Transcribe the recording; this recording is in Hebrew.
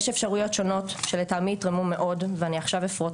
יש אפשריות שונות שלטעמי יתרמו מאוד ואני עכשיו אפרוט